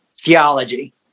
theology